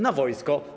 Na wojsko.